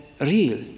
real